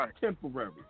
temporary